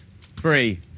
three